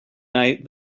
night